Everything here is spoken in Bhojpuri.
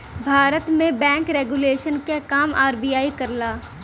भारत में बैंक रेगुलेशन क काम आर.बी.आई करला